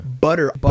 butter